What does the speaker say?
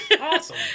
Awesome